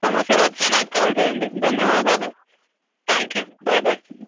సమస్యలు వచ్చిన నాకు కాల్ చేయండి ధన్యవాదాలు థ్యాంక్ యూ బాయ్ బాయ్